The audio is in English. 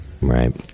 Right